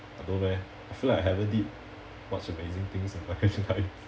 I don't have I feel like I haven't did much amazing things in my life